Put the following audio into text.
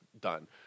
done